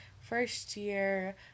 first-year